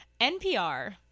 NPR